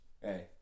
Hey